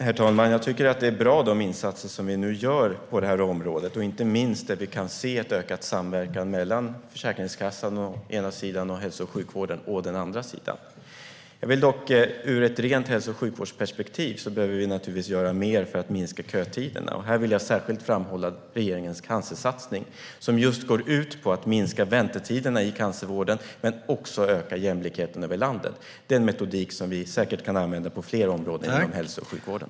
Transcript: Herr talman! De insatser som vi nu gör på området är bra. Vi kan inte minst se ökad samverkan mellan Försäkringskassan å ena sidan och hälso-och sjukvården å andra sidan. Ur ett rent hälso och sjukvårdsperspektiv behöver vi dock göra mer för att korta kötiderna. Jag vill särskilt framhålla regeringens cancersatsning, som går ut på att korta väntetiderna i cancervården men också på att öka jämlikheten över landet. Det är en metodik som vi säkert kan använda på fler områden inom hälso och sjukvården.